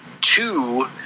two